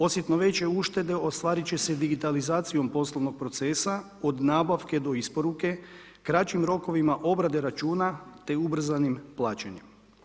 Osjetno veće uštede ostvarit će se digitalizacijom poslovnog procesa od nabavke do isporuke, kraćim rokovima obrade računa te ubrzanim plaćanjem.